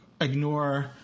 ignore